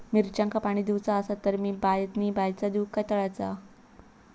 मिरचांका पाणी दिवचा आसा माका तर मी पाणी बायचा दिव काय तळ्याचा?